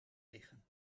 liggen